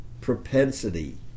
propensity